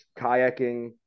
kayaking